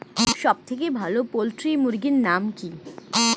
সবথেকে ভালো পোল্ট্রি মুরগির নাম কি?